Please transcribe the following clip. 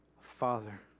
Father